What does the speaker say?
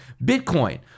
Bitcoin